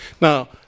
Now